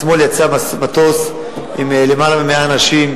אתמול יצא מטוס עם יותר מ-100 אנשים,